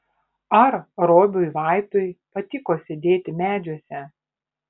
ar robiui vaitui patiko sėdėti medžiuose